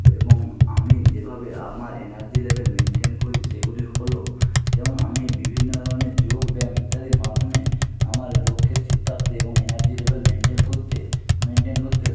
এবং আমি যেভাবে আমার এনার্জি লেবেল মেনটেন করি সেগুলি হলো যেমন আমি বিভিন্ন ধরনের যোগ ব্যায়াম ইত্যাদির মাধ্যমে আমার লক্ষ্যে স্থির থাকতে এবং এনার্জি লেবেল মেনটেন করতে মেনটেন করতে